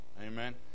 Amen